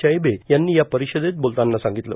चौबे यांनी या परिषदेत बोलताना सांगितलं